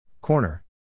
Corner